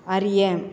அறிய